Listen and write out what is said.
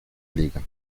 liga